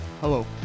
Hello